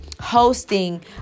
hosting